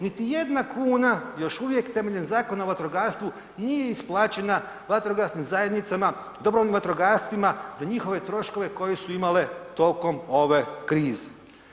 Niti 1 kuna još uvijek temeljem Zakona o vatrogastvu nije isplaćena vatrogasnim zajednicama, dobrovoljnim vatrogascima za njihove troškove koje su imale tokom ove krize.